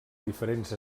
diferents